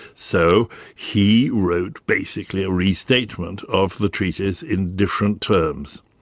so he wrote basically a restatement of the treatise in different terms.